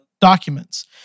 documents